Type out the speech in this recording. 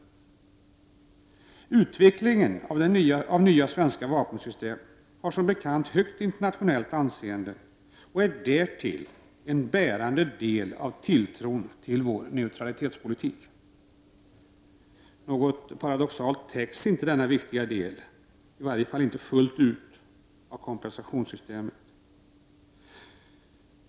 Utvecklingen av nya svenska vapensystem har som bekant högt internationellt anseende och på den bygger därtill en bärande del av tilltron till vår neutralitetspolitik. Det är något paradoxalt att denna viktiga del inte täcks — i varje fall inte fullt ut — av kompensationssystemet.